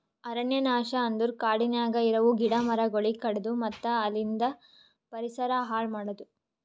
ಅರಣ್ಯ ನಾಶ ಅಂದುರ್ ಕಾಡನ್ಯಾಗ ಇರವು ಗಿಡ ಮರಗೊಳಿಗ್ ಕಡಿದು ಮತ್ತ ಅಲಿಂದ್ ಪರಿಸರ ಹಾಳ್ ಮಾಡದು